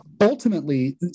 ultimately